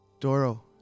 Doro